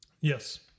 yes